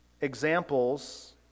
examples